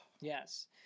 yes